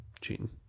Cheating